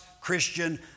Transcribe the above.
Christian